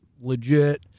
legit